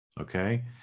Okay